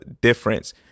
difference